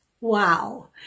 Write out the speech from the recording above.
Wow